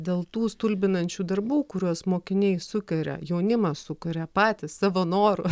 dėl tų stulbinančių darbų kuriuos mokiniai sukuria jaunimas sukuria patys savo noru